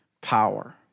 power